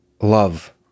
love